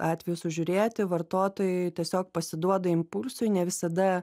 atvejų sužiūrėti vartotojai tiesiog pasiduoda impulsui ne visada